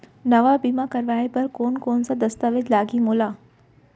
नवा बीमा करवाय बर कोन कोन स दस्तावेज लागही मोला?